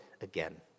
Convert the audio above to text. again